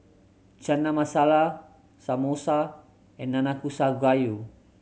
Chana Masala Samosa and Nanakusa Gayu